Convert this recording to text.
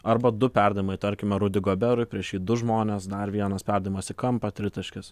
arba du perdavimai tarkime rudi goberui prieš jį du žmonės dar vienas perdavimas į kampą tritaškis